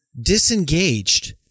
Disengaged